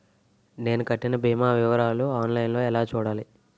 నేను కట్టిన భీమా వివరాలు ఆన్ లైన్ లో ఎలా చూడాలి?